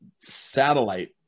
satellite